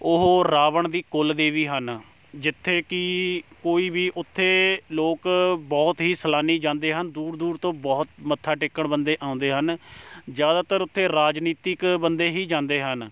ਉਹ ਰਾਵਣ ਦੀ ਕੁੱਲ ਦੇਵੀ ਹਨ ਜਿੱਥੇ ਕੀ ਕੋਈ ਵੀ ਉੱਥੇ ਲੋਕ ਬਹੁਤ ਹੀ ਸੈਲਾਨੀ ਜਾਂਦੇ ਹਨ ਦੂਰ ਦੂਰ ਤੋਂ ਬਹੁਤ ਮੱਥਾ ਟੇਕਣ ਬੰਦੇ ਆਉਂਦੇ ਹਨ ਜ਼ਿਆਦਾਤਰ ਉੱਥੇ ਰਾਜਨੀਤਿਕ ਬੰਦੇ ਹੀ ਜਾਂਦੇ ਹਨ